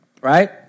right